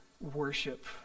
worship